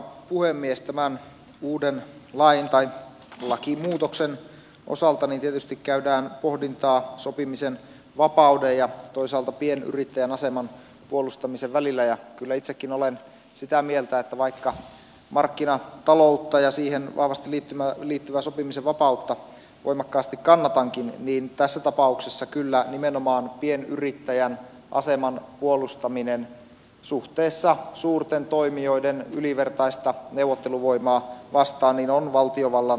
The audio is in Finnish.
tämän uuden lain tai lakimuutoksen osalta tietysti käydään pohdintaa sopimisen vapauden ja toisaalta pienyrittäjän aseman puolustamisen välillä ja kyllä itsekin olen sitä mieltä että vaikka markkinataloutta ja siihen vahvasti liittyvää sopimisen vapautta voimakkaasti kannatankin niin tässä tapauksessa kyllä nimenomaan pienyrittäjän aseman puolustaminen suurten toimijoiden suhteessa ylivertaista neuvotteluvoimaa vastaan on valtiovallan tehtävä